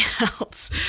else